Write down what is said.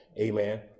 Amen